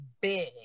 big